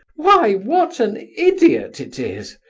why, what an idiot it is!